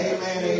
Amen